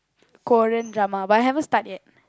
Korean drama but I haven't start yet